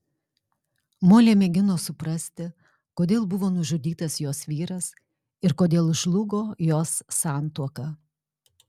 molė mėgino suprasti kodėl buvo nužudytas jos vyras ir kodėl žlugo jos santuoka